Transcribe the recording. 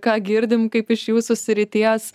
ką girdim kaip iš jūsų srities